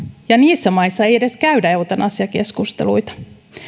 ja niissä maissa ei edes käydä eutanasiakeskusteluita